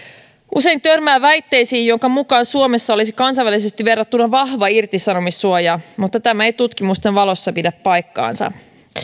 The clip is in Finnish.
usein törmää väitteisiin joiden mukaan suomessa olisi kansainvälisesti verrattuna vahva irtisanomissuoja mutta tämä ei tutkimusten valossa pidä paikkaansa